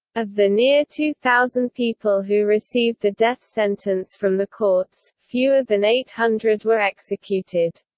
of the near two thousand people who received the death sentence from the courts, fewer than eight hundred were executed.